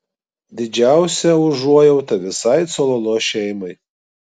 didžiausia užuojauta visai cololo šeimai